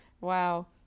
Wow